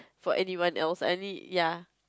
for anyone else any ya